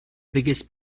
biggest